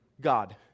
God